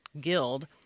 guild